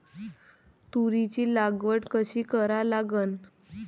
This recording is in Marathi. तुरीची लागवड कशी करा लागन?